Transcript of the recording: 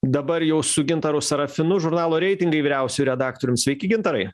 dabar jau su gintaru serafinu žurnalo reitingai vyriausiuoju redaktorium sveiki gintarai